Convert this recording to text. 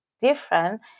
different